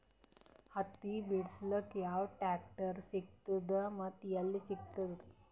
ಹತ್ತಿ ಬಿಡಸಕ್ ಯಾವ ಟ್ರಾಕ್ಟರ್ ಸಿಗತದ ಮತ್ತು ಎಲ್ಲಿ ಸಿಗತದ?